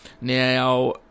Now